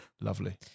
lovely